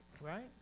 right